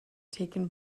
taken